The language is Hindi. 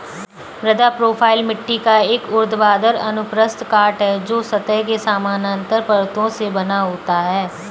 मृदा प्रोफ़ाइल मिट्टी का एक ऊर्ध्वाधर अनुप्रस्थ काट है, जो सतह के समानांतर परतों से बना होता है